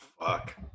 fuck